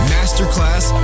Masterclass